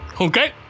Okay